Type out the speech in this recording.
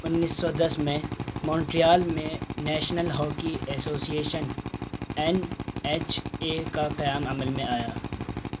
انیس سو دس میں مونٹریال میں National Hockey Association N H A کا قیام عمل میں آیا